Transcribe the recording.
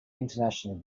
international